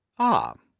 ah,